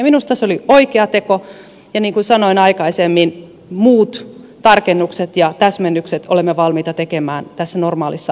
minusta se oli oikea teko ja niin kuin sanoin aikaisemmin muut tarkennukset ja täsmennykset olemme valmiita tekemään tässä normaalin lainsäädäntöprosessin yhteydessä